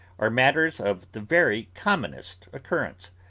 are matters of the very commonest occurrence.